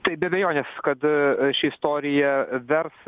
tai be abejonės kad ši istorija vers